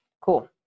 Cool